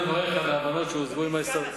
אפשר לברך על ההבנות שהושגו עם ההסתדרות.